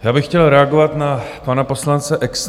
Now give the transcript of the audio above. Já bych chtěl reagovat na pana poslance Exnera.